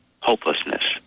hopelessness